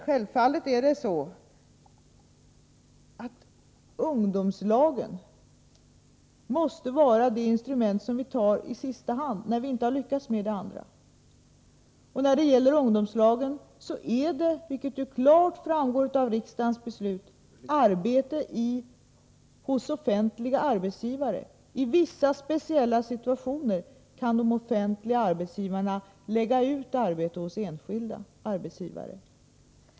Självfallet måste ungdomslagen vara det instrument som vi tar till i sista hand, när vi inte har lyckats på annat sätt. När det gäller ungdomslagen kan, vilket klart framgår av riksdagens beslut, de offentliga arbetsgivarna i speciella situationer lägga ut arbete hos enskilda arbetsgivare.